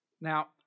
Now